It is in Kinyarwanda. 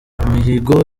umuhigo